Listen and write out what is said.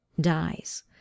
dies